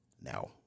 Now